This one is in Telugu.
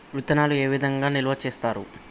విత్తనాలు ఏ విధంగా నిల్వ చేస్తారు?